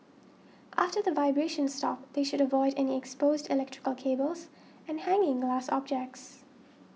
after the vibrations stop they should avoid any exposed electrical cables and hanging glass objects